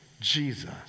Jesus